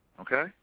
okay